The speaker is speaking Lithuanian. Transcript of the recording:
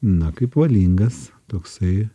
na kaip valingas toksai